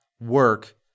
work